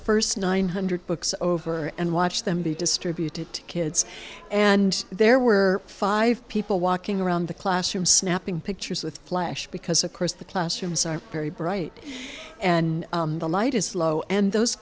first nine hundred books over and watch them be distributed to kids and there were five people walking around the classroom snapping pictures with flash because of course the classrooms are very bright and the light is low and those